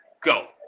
Go